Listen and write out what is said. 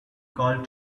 called